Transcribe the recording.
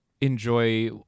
enjoy